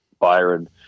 Byron